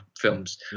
films